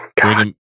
God